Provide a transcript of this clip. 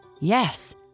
Yes